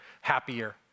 happier